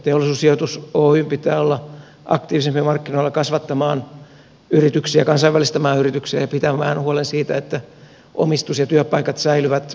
teollisuussijoitus oyn pitää olla aktiivisempi markkinoilla kasvattamaan yrityksiä kansainvälistämään yrityksiä ja pitämään huoli siitä että omistus ja työpaikat säilyvät kotimaassa